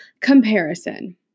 comparison